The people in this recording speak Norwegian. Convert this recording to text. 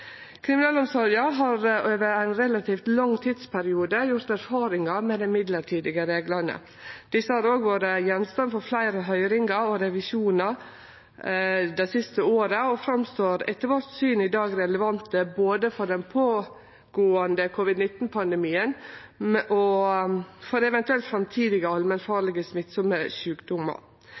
Kriminalomsorga har over ein relativt lang tidsperiode gjort erfaringar med dei mellombelse reglane. Desse har også vore gjenstand for fleire høyringar og revisjonar det siste året og verkar etter vårt syn i dag å vera relevante både for covid-19-pandemien som er no, og for eventuelle framtidige allmennfarlege smittsame sjukdomar.